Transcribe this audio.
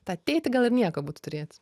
tą tėtį gal ir nieko būtų turėti